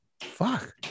fuck